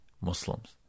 Muslims